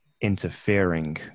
interfering